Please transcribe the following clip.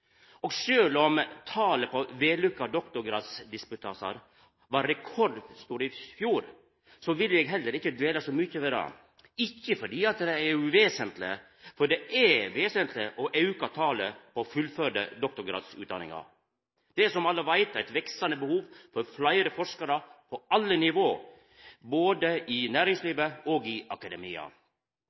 om talet på vellukka doktorgradsdisputasar var rekordstort i fjor, vil eg heller ikkje dvela så mykje ved det – ikkje fordi det er uvesentleg, for det er vesentleg å auka talet på fullførde doktorgradsutdanningar. Det er, som alle veit, eit veksande behov for fleire forskarar på alle nivå, både i næringslivet og i akademia.